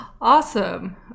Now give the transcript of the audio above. Awesome